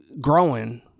growing